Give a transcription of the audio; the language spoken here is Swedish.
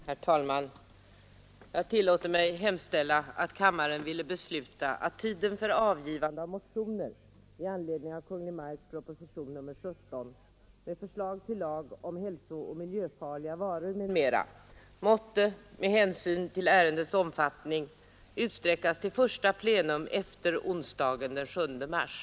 Herr talman! Jag tillåter mig hemställa att kammaren ville besluta att tiden för avgivande av motioner i anledning av Kungl. Maj:ts proposition nr 17, med förslag till lag om hälsooch miljöfarliga varor, m.m., måtte med hänsyn till ärendets omfattning utsträckas till första plenum efter onsdagen den 7 mars.